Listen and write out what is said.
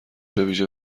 بویژه